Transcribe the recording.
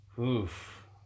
Oof